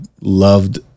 loved